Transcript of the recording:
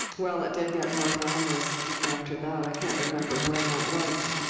well, it did get more glamorous after that. i can't remember when that was.